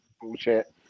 bullshit